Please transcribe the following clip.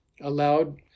allowed